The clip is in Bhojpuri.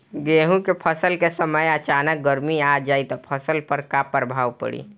गेहुँ के फसल के समय अचानक गर्मी आ जाई त फसल पर का प्रभाव पड़ी?